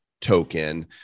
token